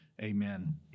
Amen